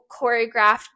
choreographed